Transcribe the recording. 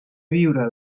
viure